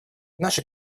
наша